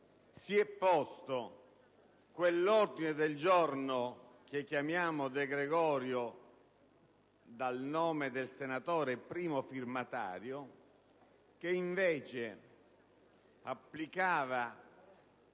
si è posto quell'ordine del giorno, che chiamiamo De Gregorio dal nome del senatore primo firmatario, che invece applicava,